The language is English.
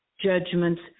judgments